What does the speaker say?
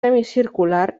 semicircular